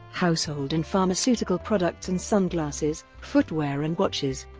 household and pharmaceutical products and sunglasses, footwear and watches.